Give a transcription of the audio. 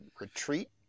retreat